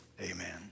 amen